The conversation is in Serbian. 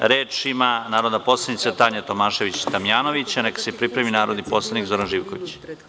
Reč ima narodna poslanica Tanja Tomašević Damnjanović, a neka se pripremi narodni poslanik Zoran Živković.